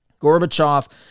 Gorbachev